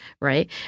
right